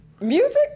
music